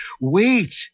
wait